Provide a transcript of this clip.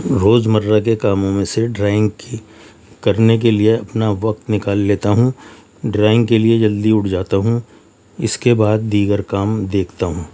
روز مرہ کے کاموں میں سے ڈرائنگ کی کرنے کے لئے اپنا وقت نکال لیتا ہوں ڈرائنگ کے لئے جلدی اٹھ جاتا ہوں اس کے بعد دیگر کام دیکھتا ہوں